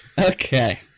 Okay